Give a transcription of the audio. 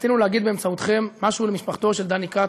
רצינו להגיד באמצעותכם משהו למשפחתו של דני כץ,